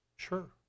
Sure